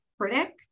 critic